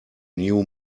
new